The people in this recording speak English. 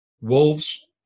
Wolves